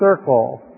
circle